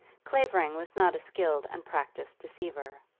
clavering was not a skilled and practiced deceiver.